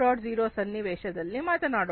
0 ಸನ್ನಿವೇಶದಲ್ಲಿ ಮಾತನಾಡೋಣ